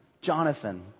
Jonathan